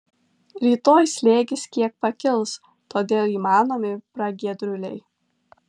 rytoj slėgis kiek pakils todėl įmanomi pragiedruliai